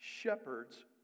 Shepherds